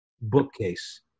bookcase